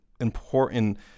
important